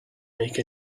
make